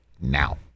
now